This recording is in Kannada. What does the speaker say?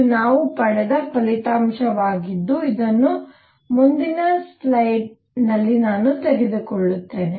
ಇದು ನಾವು ಪಡೆದ ಫಲಿತಾಂಶವಾಗಿದ್ದು ಇದನ್ನು ಮುಂದಿನ ಸ್ಲೈಡ್ಗೆ ನಾನು ತೆಗೆದುಕೊಳ್ಳುತ್ತೇನೆ